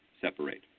separate